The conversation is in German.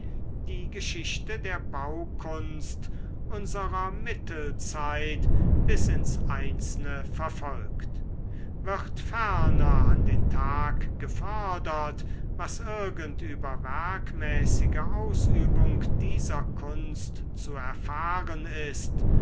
die geschichte der baukunst unserer mittelzeit bis ins einzelne verfolgt wird ferner an den tag gefördert was irgend über werkmäßige ausübung dieser kunst zu erfahren ist